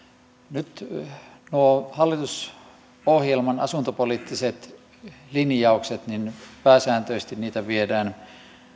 nyt noita hallitusohjelman asuntopoliittisia linjauksia pääsääntöisesti viedään